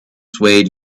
swayed